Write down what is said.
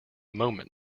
moment